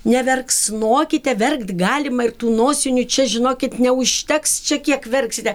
neverksnokite verkt galima ir tų nosinių čia žinokit neužteks čia kiek verksite